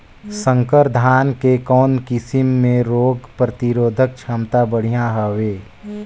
संकर धान के कौन किसम मे रोग प्रतिरोधक क्षमता बढ़िया हवे?